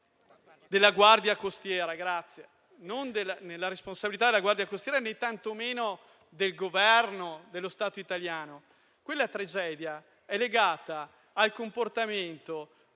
il dramma accaduto non per responsabilità della Guardia costiera, né tantomeno del Governo o dello Stato italiani. Quella tragedia è legata al comportamento